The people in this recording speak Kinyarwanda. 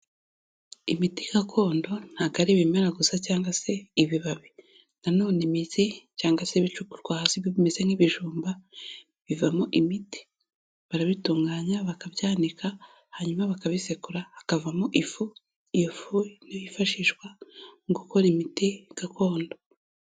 Imiti gakondo ntabwo ari ibimera gusa cyangwa se ibibabi, na none imizi cyangwa se ibicukurwa hasi nk'imizi n'ibijumba bivamo imiti, barabitunganya bakabyanika hanyuma bakabisekura hakavamo ifu, ifu niyo yifashishwa mu gukora imiti gakondo.